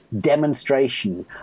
demonstration